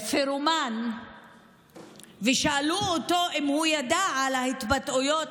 לפירומן ושאלו אותו אם הוא ידע על ההתבטאויות